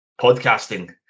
podcasting